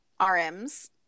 RMs